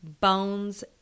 bones